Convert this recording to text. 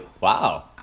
Wow